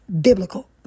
biblical